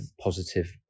positive